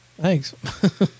Thanks